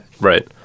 Right